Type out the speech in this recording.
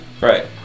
Right